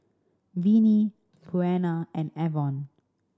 Vinie Buena and Avon